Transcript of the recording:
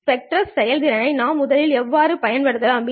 spectral செயல்திறனை நாம் முதலில் எவ்வாறு மேம்படுத்தலாம்